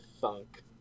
thunk